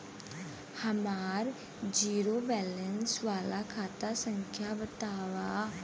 हमार zero balance वाला खाता संख्या वतावा?